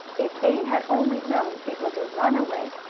if they had only known it was a runaway,